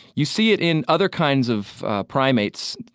you see it in other kinds of primates,